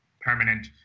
permanent